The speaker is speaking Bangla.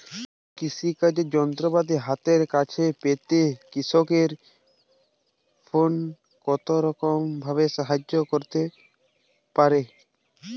কৃষিকাজের যন্ত্রপাতি হাতের কাছে পেতে কৃষকের ফোন কত রকম ভাবে সাহায্য করতে পারে?